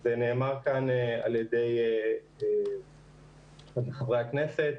וזה נאמר כאן על ידי אחד מחברי הכנסת,